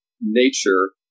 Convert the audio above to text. nature